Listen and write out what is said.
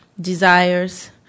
Desires